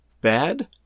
bad